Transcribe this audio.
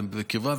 וקרבה,